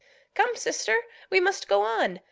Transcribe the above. come, sister, we must go on,